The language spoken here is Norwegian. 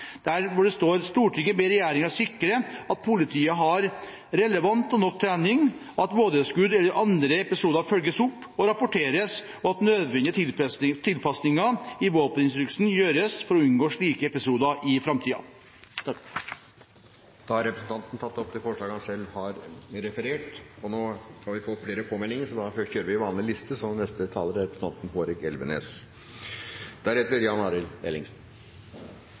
hvor det står: «Stortinget ber regjeringen sikre at politiet har relevant og nok trening, at vådeskudd eller andre episoder følges opp og rapporteres og at nødvendige tilpasninger i våpeninstruksen gjøres for å unngå slike episoder.» Representanten Jorodd Asphjell har tatt opp de forslagene han refererte til. La oss slå fast følgende: Norsk politi skal i en normalsituasjon være ubevæpnet. Eventuelle endringer som medfører at politiet skal bevæpnes permanent, må besluttes av Stortinget. Derfor er